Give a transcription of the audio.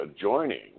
Joining